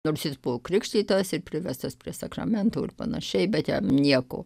nors jis buvo krikštytas ir privestas prie sakramentų ir panašiai bet jam nieko